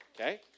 okay